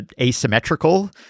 asymmetrical